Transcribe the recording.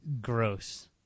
Gross